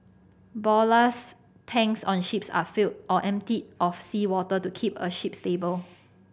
ballast tanks on ships are filled or emptied of seawater to keep a ship stable